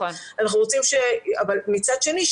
אבל מצד שני,